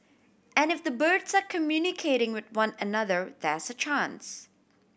and if the birds are communicating with one another there's a chance